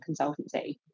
consultancy